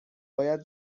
باید